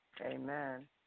Amen